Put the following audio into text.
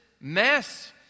mess